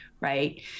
right